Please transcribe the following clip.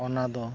ᱚᱱᱟ ᱫᱚ